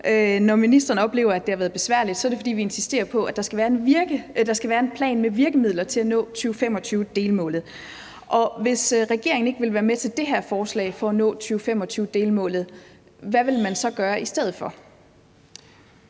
Når ministeren oplever, at det har været besværligt, er det, fordi vi insisterer på, at der skal være en plan med virkemidler til at nå 2025-delmålet. Og hvis regeringen ikke vil være med til det her forslag for at nå 2025-delmålet, hvad vil man så gøre i stedet for?